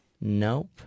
Nope